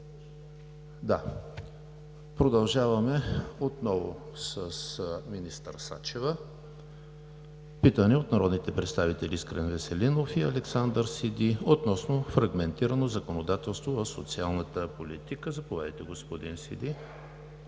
Продължаваме отново с министър Сачева. Питане от народните представители Искрен Веселинов и Александър Сиди относно фрагментирано законодателство в социалната политика. Заповядайте, господин Сиди,